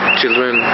children